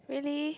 really